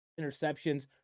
interceptions